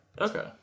okay